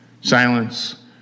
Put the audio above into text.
silence